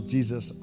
Jesus